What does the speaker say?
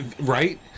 Right